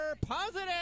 Positive